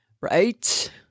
Right